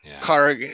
car